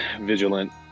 vigilant